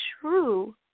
true